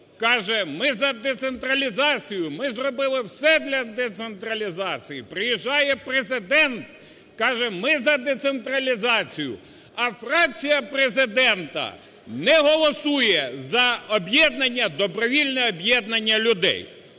каже: ми за децентралізацію, ми зробили все для децентралізації. Приїжджає Президент, каже: ми за децентралізацію. А фракція Президента не голосує за об'єднання, добровільне об'єднання людей.